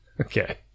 Okay